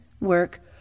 work